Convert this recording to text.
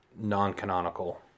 non-canonical